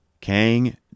Kang